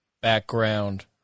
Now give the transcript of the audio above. background